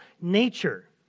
nature